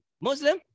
Muslim